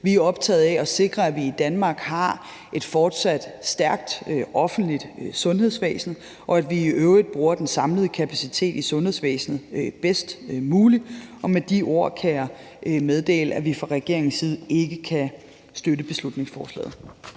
Vi er optaget af at sikre, at vi i Danmark har et fortsat stærkt offentligt sundhedsvæsen, og at vi i øvrigt bruger den samlede kapacitet i sundhedsvæsenet bedst muligt. Og med de ord kan jeg meddele, at vi fra regeringens side ikke kan støtte beslutningsforslaget.